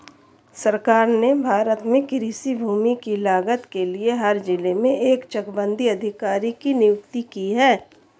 सरकार ने भारत में कृषि भूमि की लागत के लिए हर जिले में एक चकबंदी अधिकारी की नियुक्ति की है